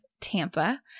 Tampa